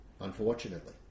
unfortunately